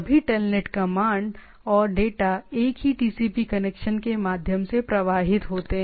सभी telnet command और data एक ही टीसीपी कनेक्शन के माध्यम से प्रवाहित होते हैं